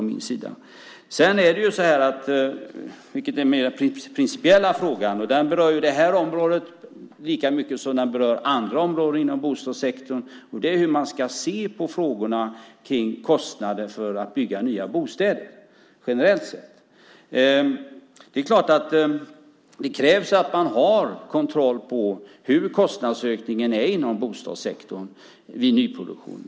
Den mer principiella frågan berör det här området lika mycket som den berör andra områden inom bostadssektorn. Det gäller hur man generellt sett ska se på frågorna om kostnader för att bygga nya bostäder. Det krävs att man har kontroll på hur kostnadsökningen är inom bostadssektorn vid nyproduktion.